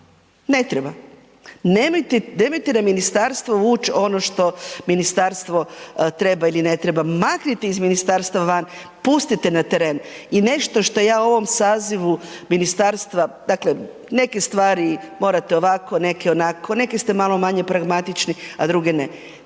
Ne treba. Nemojte na ministarstvo vući ono što ministarstvo treba ili ne treba. Maknite iz ministarstva van. Pustite na teren. I nešto što ja u ovom sazivu ministarstva dakle, neke stvari morate ovako, neke onako, neke ste malo manje pragmatični, a druge ne.